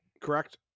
Correct